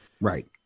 Right